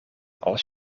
als